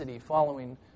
following